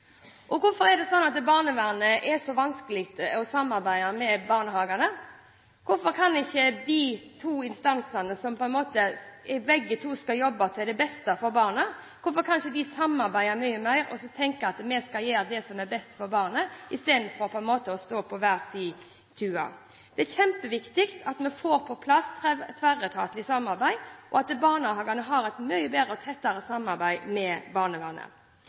Hvorfor er det slik at det er så vanskelig for barnevernet å samarbeide med barnehagene? Hvorfor kan ikke de to instansene, som begge to skal jobbe til beste for barna, samarbeide mye mer og tenke at de skal gjøre det som er best for barnet, istedenfor å sitte på hver sin tue? Det er kjempeviktig at vi får på plass et tverretatlig samarbeid, og at barnehagene har et mye bedre og tettere samarbeid med barnevernet.